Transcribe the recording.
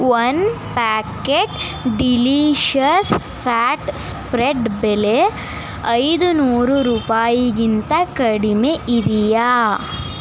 one packet delicious fat spread ಬೆಲೆ ಐದು ನೂರು ರೂಪಾಯಿಗಿಂತ ಕಡಿಮೆ ಇದೆಯಾ